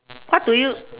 what do you